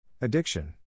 addiction